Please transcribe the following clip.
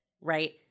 right